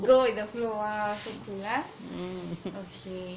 go with the flow !wah! so cool ah